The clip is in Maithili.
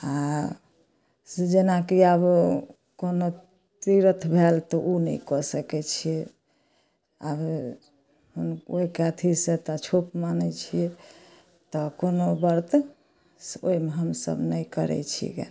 आ से जेनाकि आब कोनो तीरथ भेल तऽ ओ नहि कऽ सकै छियै आब हुनकोके अथी सँ तऽ छोप मानै छियै तऽ कोनो व्रत से ओहिमे हमसभ नहि करै छी गेन